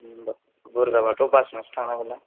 होनबा बुरजाबाथ' बासजोंसो थांनांगोन ना